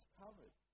covered